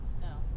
No